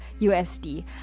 USD